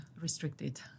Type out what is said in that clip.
restricted